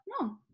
No